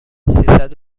سیصد